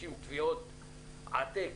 מגישים תביעות עתק,